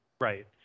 right